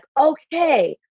okay